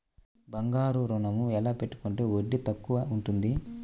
బంగారు ఋణం ఎలా పెట్టుకుంటే వడ్డీ తక్కువ ఉంటుంది?